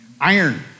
iron